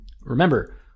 Remember